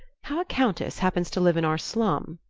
how a countess happens to live in our slum?